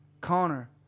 Connor